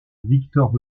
victor